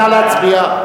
נא להצביע.